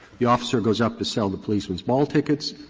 the officer goes up to sell the policeman's ball tickets,